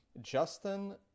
Justin